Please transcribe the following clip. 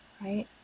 right